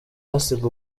ahasiga